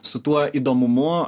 su tuo įdomumu